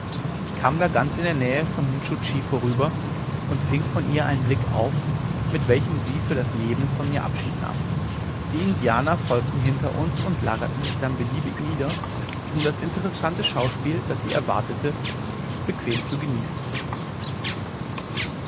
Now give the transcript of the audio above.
ich kam da ganz in der nähe von nscho tschi vorüber und fing von ihr einen blick auf mit welchem sie für das leben von mir abschied nahm die indianer folgten hinter uns und lagerten sich dann beliebig nieder um das interessante schauspiel das sie erwarteten bequem zu genießen